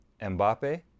mbappe